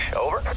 Over